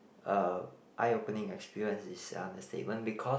uh eye opening experience is understatement because